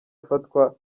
afatwa